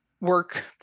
work